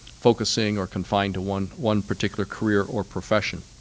focusing or confined to one one particular career or profession.